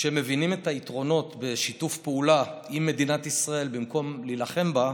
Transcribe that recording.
כשהם מבינים את היתרונות בשיתוף פעולה עם מדינת ישראל במקום להילחם בה,